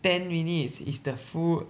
ten minutes is the full